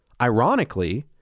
Ironically